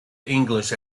english